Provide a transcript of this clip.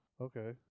okay